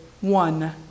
one